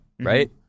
right